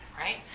right